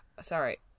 Sorry